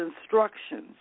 instructions